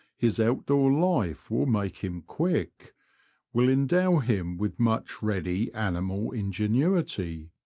his out-door life will make him quick will endow him with much ready animal ingenuity.